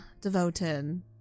devoted